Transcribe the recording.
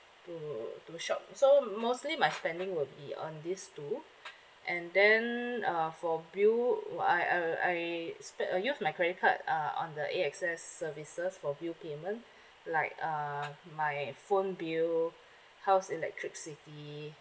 to to shop so mostly my spending will be on these two and then uh for bill I I I spe~ uh use my credit card uh on the A_X_S services for bill payment like uh my phone bill house electricity